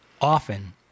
often